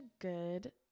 good